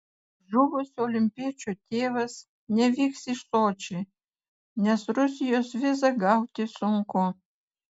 žuvusio olimpiečio tėvas nevyks į sočį nes rusijos vizą gauti sunku